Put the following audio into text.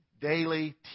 daily